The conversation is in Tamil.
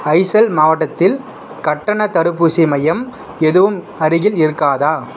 ஐசல் மாவட்டத்தில் கட்டணத் தடுப்பூசி மையம் எதுவும் அருகில் இருக்காதா